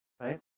right